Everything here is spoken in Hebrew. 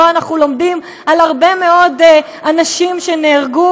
שבהם אנחנו לומדים על הרבה מאוד אנשים שנהרגו